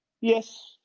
Yes